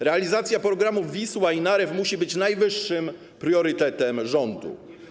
Realizacja programów ˝Wisła˝ i ˝Narew˝ musi być najwyższym priorytetem rządu.